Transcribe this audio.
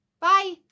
Bye